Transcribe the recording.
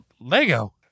Lego